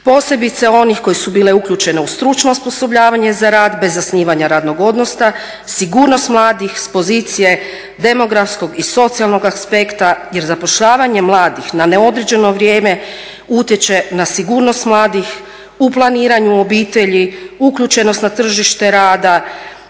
posebice onih koje su bile uključene u stručno osposobljavanje za rad bez zasnivanja radnog odnosa, sigurnost mladih s pozicije demografskog i socijalnog aspekta jer zapošljavanje mladih na neodređeno vrijeme utječe na sigurnost mladih u planiranju obitelji, uključenost na tržište rada,